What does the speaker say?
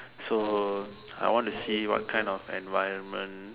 so I want to see what kind of environment